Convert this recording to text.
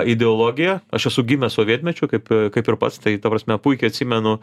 ideologija aš esu gimęs sovietmečiu kaip kaip ir pats tai ta prasme puikiai atsimenu